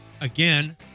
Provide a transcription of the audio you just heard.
again